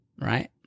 Right